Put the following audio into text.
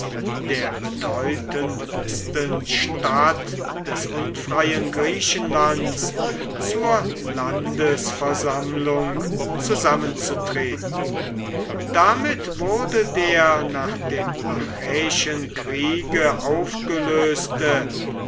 der bedeutendsten stadt des unfreien griechenlands zur landesversammlung zusammenzutreten damit wurde der nach dem achäischen kriege aufgelöste